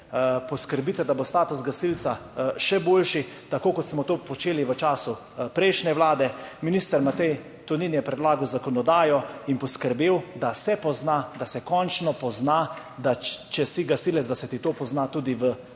Poskrbite, da bo status gasilca še boljši, tako kot smo to počeli v času prejšnje vlade. Minister Matej Tonin je predlagal zakonodajo in poskrbel, da se pozna, da se končno pozna, da če si gasilec, da se ti to pozna tudi v